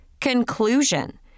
Conclusion